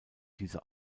diese